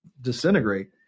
disintegrate